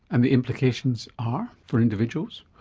and the implications are for individuals?